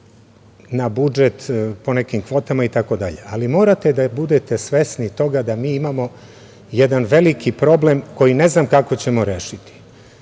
na budžet po nekim kvotama itd. Morate da budete svesni toga da mi imamo jedan veliki problem koji ne znam kako ćemo rešiti.